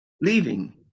leaving